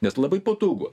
nes labai patogu